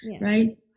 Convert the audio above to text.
right